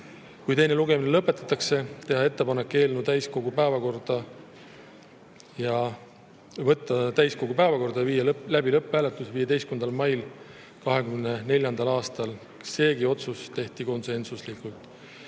Kui teine lugemine lõpetatakse, teha ettepanek võtta eelnõu täiskogu päevakorda ja viia läbi lõpphääletus 15. mail 2024. aastal. Seegi otsus tehti konsensuslikult.